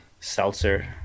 seltzer